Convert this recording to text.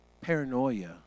paranoia